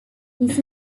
this